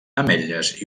ametlles